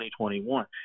2021